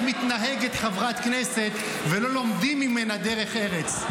מתנהגת חברת כנסת ולא לומדים ממנה דרך ארץ.